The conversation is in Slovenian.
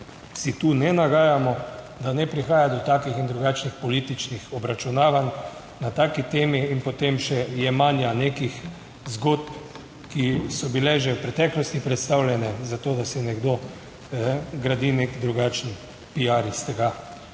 si tu ne nagajamo, da ne prihaja do takih in drugačnih političnih obračunavanj na taki temi in potem še jemanja nekih zgodb, ki so bile že v preteklosti predstavljene, zato, da si nekdo gradi nek drugačen piar iz tega.